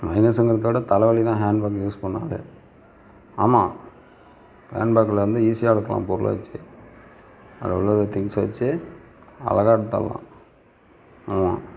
மைனஸுங்கிறத விட தலை வலி தான் ஹேண்ட்பேக் யூஸ் பண்ணிணாலே ஆமாம் ஹேண்ட்பேக்லிருந்து ஈஸியாக எடுப்பான் பொருளை வச்சு அதில் உள்ளதை திங்சை வச்சு அழகாக எடுத்திடலாம் ஆமாம்